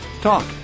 Talk